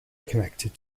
connected